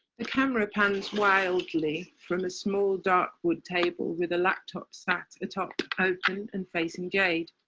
the camera pans wildly from a small dark wood table with a laptop sat atop open and facing jade.